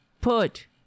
put